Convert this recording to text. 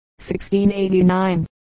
1689